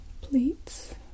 pleats